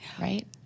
right